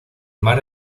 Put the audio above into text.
mar